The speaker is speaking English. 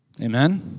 Amen